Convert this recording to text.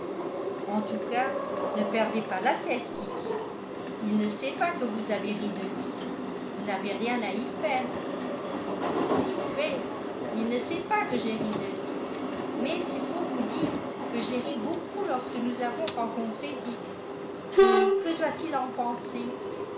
en tout cas ne perdez pas la tête kitty il ne sait pas que vous avez ri de lui vous n'avez rien à y faire si fait il ne sait pas que j'ai ri de lui mais il faut vous dire que j'ai ri beaucoup lorsque nous avons rencontré dick et que doit-il en penser